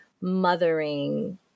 mothering